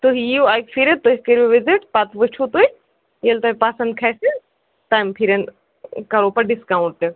تُہۍ یِیِو اَکہِ پھِرِ تُہۍ کٔرِو وِزِٹ پتہٕ وٕچھو تُہۍ ییٚلہِ تۄہہِ پسنٛد کھژِ تَمہِ پھِرٮ۪ن کرو پت ڈِسکاوُنٹ تہِ